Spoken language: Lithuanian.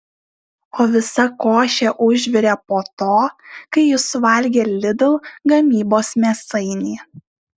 o visa košė užvirė po to kai jis suvalgė lidl gamybos mėsainį